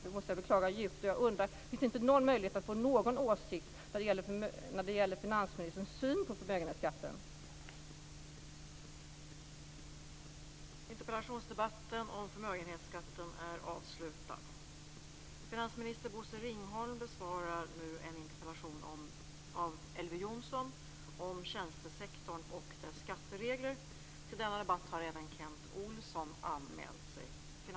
Finns det ingen möjlighet att få något uttalande när det gäller finansministerns syn på förmögenhetsskatten?